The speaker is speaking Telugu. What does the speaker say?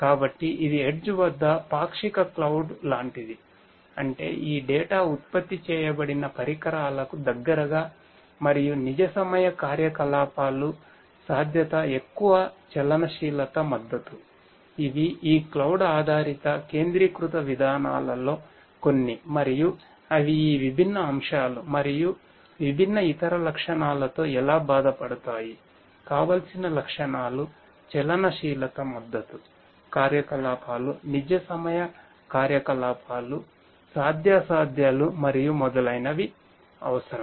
కాబట్టి ఇది ఎడ్జ్ ఆధారిత కేంద్రీకృత విధానాలలో కొన్ని మరియు అవి ఈ విభిన్న అంశాలు మరియు విభిన్న ఇతర లక్షణాలతో ఎలా బాధపడతాయి కావాల్సిన లక్షణాలు చలనశీలత మద్దతు కార్యకలాపాలు నిజ సమయ కార్యకలాపాలు సాధ్యాసాధ్యాలు మరియు మొదలైనవి అవసరం